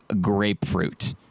grapefruit